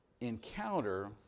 encounter